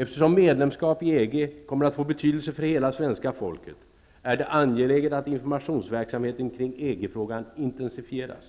Eftersom medlemskap i EG kommer att få betydelse för hela svenska folket är det angeläget att informationsverksamheten kring EG-frågan intensifieras.